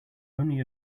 only